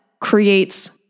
creates